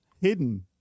hidden